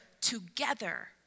together